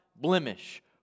blemish